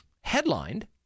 Headlined